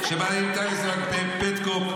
-- נקבע בצווים פרט חדש שבו ניתן יהיה לסווג פטקוק,